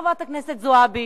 חברת הכנסת זועבי,